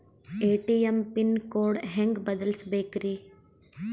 ATM pin code ಹೆಂಗ್ ಬದಲ್ಸ್ಬೇಕ್ರಿ?